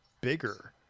bigger